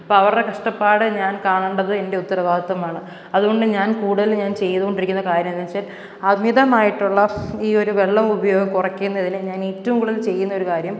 അപ്പം അവരുടെ കഷ്ടപ്പാട് ഞാൻ കാണേണ്ടത് എൻ്റെ ഉത്തരവാദിത്വമാണ് അതുകൊണ്ട് ഞാൻ കൂടുതൽ ഞാൻ ചെയ്തോണ്ടിരിക്കുന്ന കാര്യം എന്താന്ന് വെച്ചാൽ അമിതമായിട്ടുള്ള ഈയൊരു വെള്ളം ഉപയോഗം കുറയ്ക്കുന്നതിന് ഞാൻ ഏറ്റവും കൂടുതൽ ചെയ്യുന്ന ഒരു കാര്യം